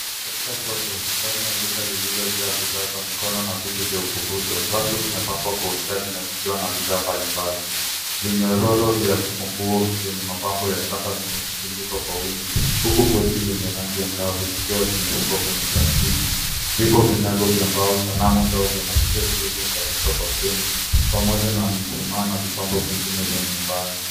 Katika soko, ndani ya duka lililojaa bidhaa za mikono na vitu vya ukumbusho. Rafu zimepangwa kwa ustadi na zikiwa na bidhaa mbalimbali. Vinyororo vya funguo yenye mapambo ya shanga vimetundikwa kwa wingi, huku pochi zenye rangi angavu zikiwa zimefungwa kwenye plastiki. Vipo vinyago vya mbao sanamu ndogo, na picha zilizo unganishwa kwa mpini, pamoja na misumaa na vipambo vingine vya nyumbani.